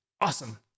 Awesome